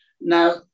Now